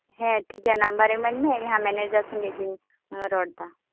ᱦᱮᱸ ᱴᱷᱤᱠ ᱜᱮᱭᱟ ᱱᱟᱢᱵᱟᱨ ᱮᱢᱟᱹᱧ ᱢᱮ ᱤᱧ ᱦᱟᱸᱜ ᱢᱮᱱᱮᱡᱟᱨ ᱥᱚᱝᱜᱮ ᱤᱧ ᱨᱚᱲ ᱮᱫᱟ